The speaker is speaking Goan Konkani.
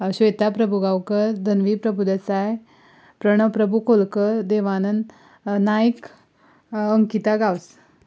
श्वेता प्रभूगांवकर धनवी प्रभूदेसाय प्रणव प्रभू खोलकर देवानंद नायक अंकिता गांवस